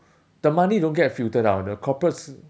the money don't get filtered out the corporates